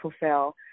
fulfill